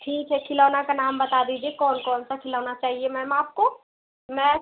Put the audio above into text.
ठीक है खिलौना का नाम बता दीजिए कौन कौन सा खिलौना चाहिए मैम आपको मैं